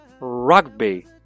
Rugby